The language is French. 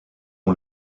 ont